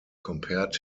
compared